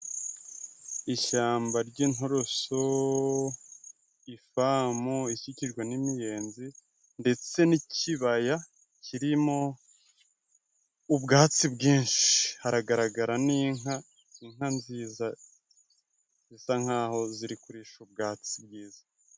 Ishamba ry'inturusu, ifamu ikikijwe n'imiyenzi ndetse n'ikibaya kirimo ubwatsi bwinshi. Haragaragara n'inka, inka nziza zisa nk'aho ziri kurisha ubwatsi bwiza.